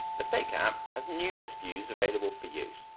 the stake app has numerous views available for use.